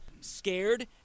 Scared